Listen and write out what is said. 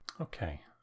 Okay